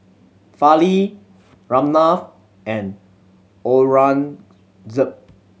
Fali Ramnath and Aurangzeb